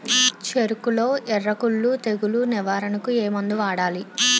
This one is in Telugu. చెఱకులో ఎర్రకుళ్ళు తెగులు నివారణకు ఏ మందు వాడాలి?